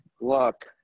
look